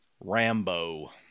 Rambo